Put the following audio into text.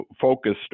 focused